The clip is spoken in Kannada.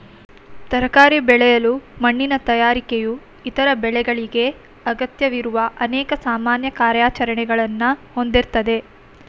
ತರಕಾರಿ ಬೆಳೆಯಲು ಮಣ್ಣಿನ ತಯಾರಿಕೆಯು ಇತರ ಬೆಳೆಗಳಿಗೆ ಅಗತ್ಯವಿರುವ ಅನೇಕ ಸಾಮಾನ್ಯ ಕಾರ್ಯಾಚರಣೆಗಳನ್ನ ಹೊಂದಿರ್ತದೆ